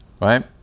Right